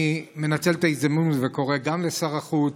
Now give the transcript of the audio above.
אני מנצל את ההזדמנות וקורא גם לשר החוץ